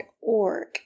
org